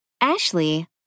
Ashley